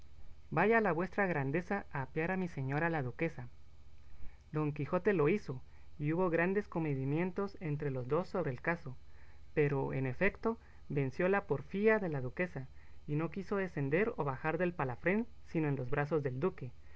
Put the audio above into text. vaya la vuestra grandeza a apear a mi señora la duquesa don quijote lo hizo y hubo grandes comedimientos entre los dos sobre el caso pero en efecto venció la porfía de la duquesa y no quiso decender o bajar del palafrén sino en los brazos del duque